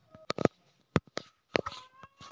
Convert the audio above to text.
सालाना जमा करना परही या महीना मे और कतना जमा करना होहि?